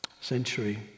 century